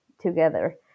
together